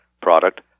product